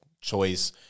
choice